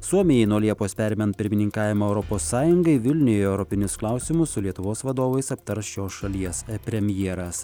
suomiai nuo liepos perimant pirmininkavimą europos sąjungai vilniuje europinius klausimus su lietuvos vadovais aptars šios šalies premjeras